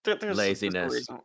laziness